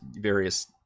various